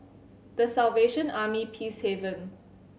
The Salvation Army Peacehaven